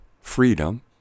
freedom